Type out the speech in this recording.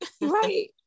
Right